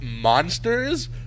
monsters